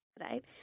right